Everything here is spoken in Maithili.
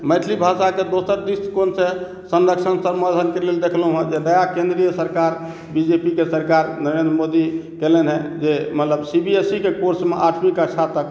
मैथिली भाषाके दोसर दृष्टिकोणसँ संरक्षण संवर्धनके लेल देखलहुँ हेँ जे नया केन्द्रीय सरकार बी जे पी के सरकार नरेन्द्र मोदी कयलनि हेँ जे मतलब सी बी एस ई के कोर्समे आठवीँ कक्षा तक